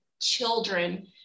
children